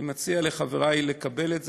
אני מציע לחברי לקבל את זה,